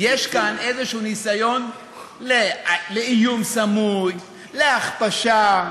יש כאן איזשהו ניסיון לאיום סמוי, להכפשה,